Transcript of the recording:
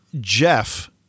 Jeff